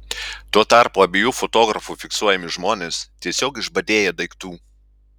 tuo tarpu abiejų fotografų fiksuojami žmonės tiesiog išbadėję daiktų